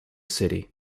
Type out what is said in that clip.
city